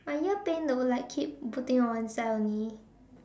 my ear pain though like keep putting on one side only